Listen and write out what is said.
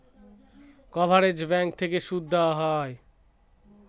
coverage bank থেকে সুদ দেওয়া হয়